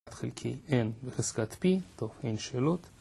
חלקי n בחזקת p, טוב אין שאלות.